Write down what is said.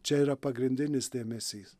čia yra pagrindinis dėmesys